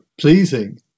pleasing